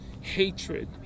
hatred